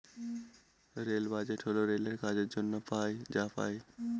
rail budget হল রেলের কাজের জন্য যা পাই